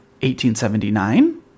1879